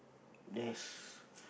there's